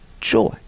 joy